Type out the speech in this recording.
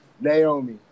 Naomi